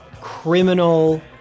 criminal